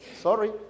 Sorry